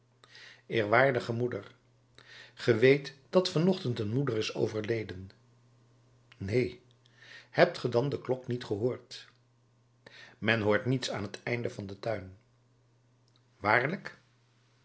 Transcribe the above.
eerwaardige moeder ge weet dat van ochtend een moeder is overleden neen hebt ge dan de klok niet gehoord men hoort niets aan t einde van den tuin waarlijk